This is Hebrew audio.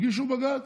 הגישו בג"ץ,